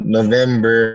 November